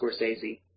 Scorsese